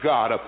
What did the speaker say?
God